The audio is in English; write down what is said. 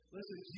Listen